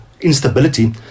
instability